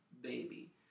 Baby